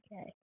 Okay